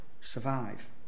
survive